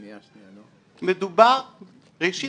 ראשית,